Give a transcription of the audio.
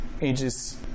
ages